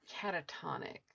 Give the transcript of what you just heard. catatonic